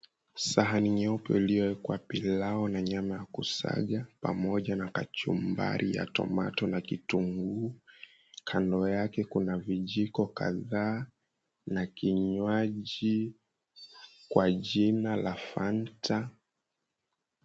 Sahani nyeupe iliyowekwa pilau na nyama ya kusaga, pamoja na kachumbari ya tomato na kitunguu. Kando yake kuna vijiko kadhaa na kinywaji kwa jina la Fanta.